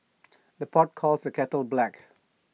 the pot calls the kettle black